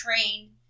trained